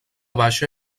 baixa